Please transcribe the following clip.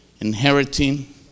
Inheriting